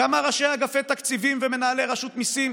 כמה ראשי אגפי תקציבים ומנהלי רשות מיסים,